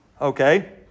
Okay